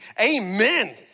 Amen